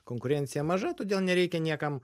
konkurencija maža todėl nereikia niekam